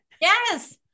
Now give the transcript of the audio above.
Yes